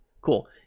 cool